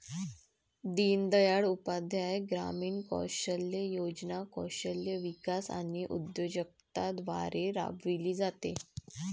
दीनदयाळ उपाध्याय ग्रामीण कौशल्य योजना कौशल्य विकास आणि उद्योजकता द्वारे राबविली जाते